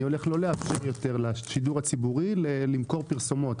אני הולך לא לאפשר יותר לשידור הציבורי למכור פרסומות,